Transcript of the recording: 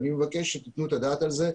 אני מבקש שתתנו את הדעת על זה,